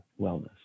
wellness